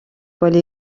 poids